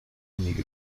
you